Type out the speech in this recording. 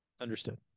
Understood